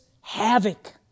havoc